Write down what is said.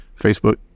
Facebook